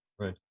Right